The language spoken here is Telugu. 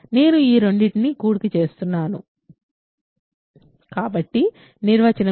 నేను ఈ రెండింటిని కూడిక చేస్తున్నాను కానీ నిర్వచనం ప్రకారం a2b2 n